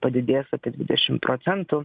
padidės apie dvidešim procentų